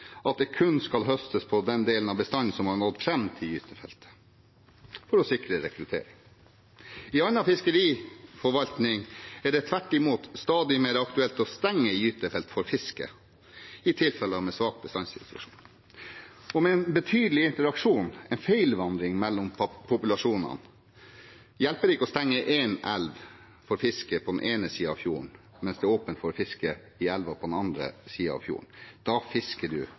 at det kun skal høstes på den delen av bestanden som har nådd fram til gytefeltet, for å sikre rekruttering. I annen fiskeriforvaltning er det tvert imot stadig mer aktuelt å stenge gytefelt for fiske i tilfeller med svak bestandssituasjon. Med en betydelig interaksjon, «feilvandring», mellom populasjonene hjelper det ikke å stenge en elv for fiske på den ene siden av fjorden mens det er åpent for fiske i elver på den andre siden av fjorden. Da fisker